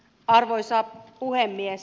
arvoisa puhemies